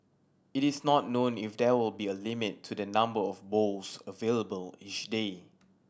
it is not known if there will be a limit to the number of bowls available each day